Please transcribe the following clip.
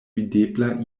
videbla